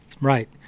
Right